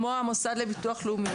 כמו המוסד לביטוח לאומי,